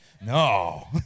No